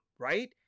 right